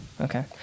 Okay